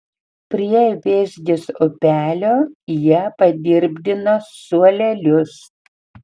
prie vėzgės upelio jie padirbdino suolelius